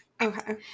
Okay